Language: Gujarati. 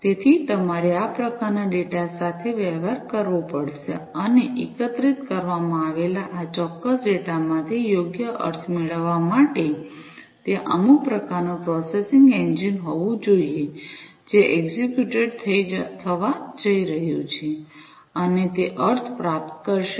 તેથી તમારે આ પ્રકારના ડેટા સાથે વ્યવહાર કરવો પડશે અને એકત્રિત કરવામાં આવેલા આ ચોક્કસ ડેટામાંથી યોગ્ય અર્થ મેળવવા માટે ત્યાં અમુક પ્રકારનું પ્રોસેસિંગ એન્જિન હોવું જોઈએ જે એક્ઝિક્યુટ થવા જઈ રહ્યું છે અને તે અર્થ પ્રાપ્ત કરશે